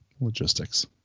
logistics